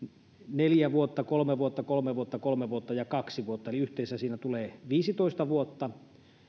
neljä vuotta kolme vuotta kolme vuotta kolme vuotta ja kaksi vuotta eli yhteensä siinä tulee viisitoista vuotta